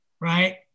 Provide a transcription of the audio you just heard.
right